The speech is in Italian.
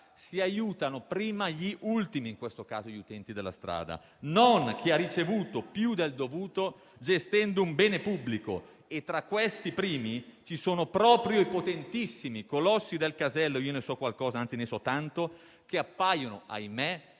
si aiutano prima gli ultimi, in questo caso gli utenti della strada, e non chi ha ricevuto più del dovuto gestendo un bene pubblico. E tra questi primi ci sono proprio i potentissimi, i colossi del casello - io ne so qualcosa, anzi ne so tanto - che appaiono, ahimè,